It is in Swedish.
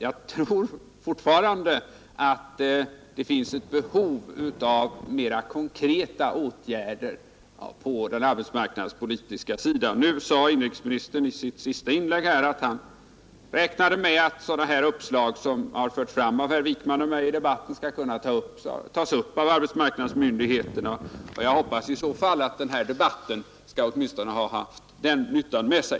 Jag tror fortfarande att det finns behov av mer konkreta åtgärder på den arbetsmarknadspolitiska sidan. Nu sade inrikesministern i sitt senaste inlägg att han räknade med att sådana uppslag som förts fram av herr Wijkman och mig i debatten skall kunna tas upp av arbetsmarknadsmyndigheterna. Jag hoppas i så fall att denna debatt skall ha haft åtminstone den nyttan med sig.